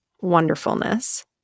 wonderfulness